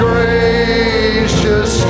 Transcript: Gracious